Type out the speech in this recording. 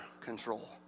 control